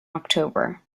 october